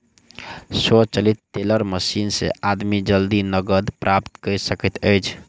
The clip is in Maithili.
स्वचालित टेलर मशीन से आदमी जल्दी नकद प्राप्त कय सकैत अछि